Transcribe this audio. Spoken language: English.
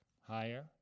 Higher